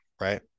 right